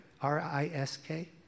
R-I-S-K